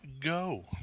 go